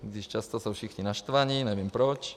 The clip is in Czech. I když často jsou všichni naštvaní, nevím proč.